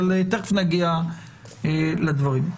תכף נגיע לדברים האלה.